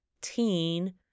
teen